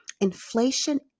Inflation